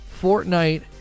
Fortnite